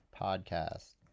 podcast